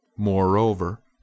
Moreover